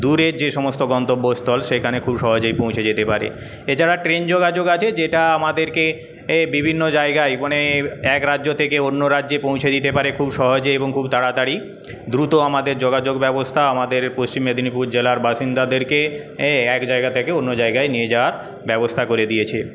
দূরের যেসমস্ত গন্তব্যস্থল সেখানে খুব সহজেই পৌঁছে যেতে পারে এছাড়া ট্রেন যোগাযোগ আছে যেটা আমাদেরকে এ বিভিন্ন জায়গায় মানে এক রাজ্য থেকে অন্য রাজ্যে পৌঁছে দিতে পারে খুব সহজে এবং খুব তাড়াতাড়ি দ্রুত আমাদের যোগাযোগ ব্যবস্থা আমাদের পশ্চিম মেদিনীপুর জেলার বাসিন্দাদেরকে এ এক জায়গা থেকে অন্য জায়গায় নিয়ে যাওয়ার ব্যবস্থা করে দিয়েছে